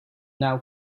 now